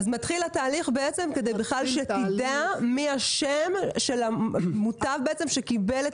מתחיל התהליך כדי שתדע מה שמו של המוטב שקיבל את